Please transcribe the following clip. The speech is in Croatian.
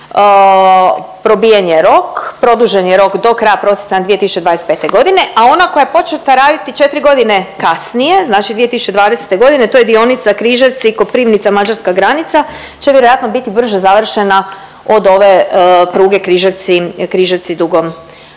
probijen je rok, produžen je rok do kraja prosinca 2025.g., a ona koja je početa raditi četiri godine kasnije znači 2020.g. to je dionica Križevci-Koprivnica-mađarska granica će vjerojatno biti brže završena od ove pruge Križevci-Dugo